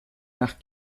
nach